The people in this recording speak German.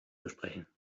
besprechen